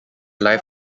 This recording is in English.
life